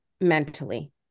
mentally